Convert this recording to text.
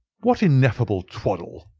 what ineffable twaddle!